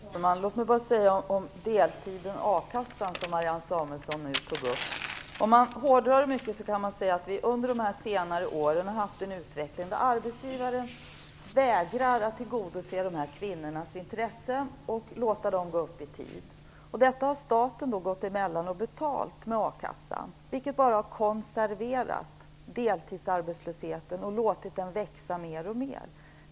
Herr talman! Låt mig bara säga något om deltiden och a-kassan som Marianne Samuelsson nu tog upp. Om man hårdrar mycket kan man säga att vi under senare år haft en utveckling där arbetsgivaren vägrar att tillgodose dessa kvinnors intresse och låta dem gå upp i tid. Staten har då gått emellan och betalat detta via a-kassan, vilket bara har konserverat deltidsarbetslösheten och låtit den växa mer och mer.